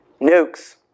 Nukes